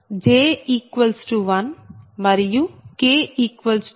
j 1 మరియు k 2